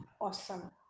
Awesome